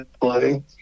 play